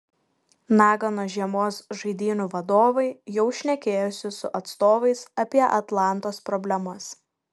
nagano žiemos žaidynių vadovai jau šnekėjosi su atstovais apie atlantos problemas